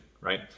right